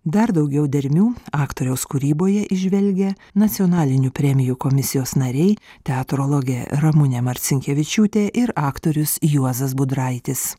dar daugiau dermių aktoriaus kūryboje įžvelgia nacionalinių premijų komisijos nariai teatrologė ramunė marcinkevičiūtė ir aktorius juozas budraitis